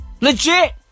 Legit